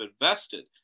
invested